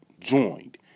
joined